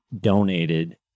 donated